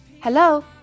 Hello